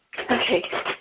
Okay